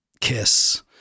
kiss